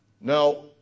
Now